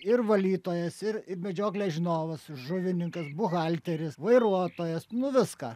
ir valytojas ir ir medžioklės žinovas žuvininkas buhalteris vairuotojas nu viską